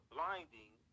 Blinding